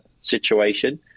situation